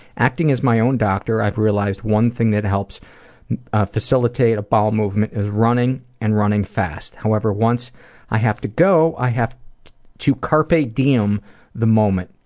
acting as my own doctor i realize one thing that helps facilitate a bowel movement is running and running fast. however, once i have to go i have to carpe diem the moment.